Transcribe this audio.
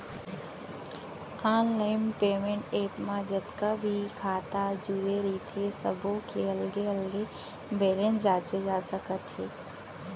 online payment app म जतका भी खाता जुरे रथे सब्बो के अलगे अलगे बेलेंस जांचे जा सकत हे